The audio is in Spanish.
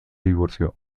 divorció